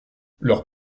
leurs